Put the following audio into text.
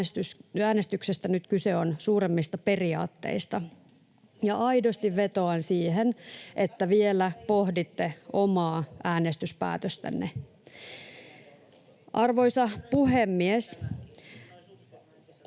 äänestyksestä, nyt kyse on suuremmista periaatteista, ja aidosti vetoan siihen, että vielä pohditte omaa äänestyspäätöstänne. [Suna Kymäläinen: